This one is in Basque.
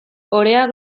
oreak